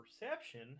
Perception